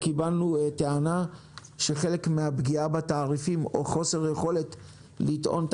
קיבלנו טענה שחלק מן הפגיעה בתעריפים או חוסר יכולת לטעון את